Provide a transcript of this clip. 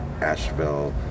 Asheville